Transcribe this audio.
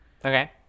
Okay